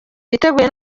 biteguye